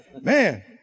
Man